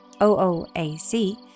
OOAC